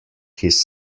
his